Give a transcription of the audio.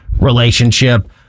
relationship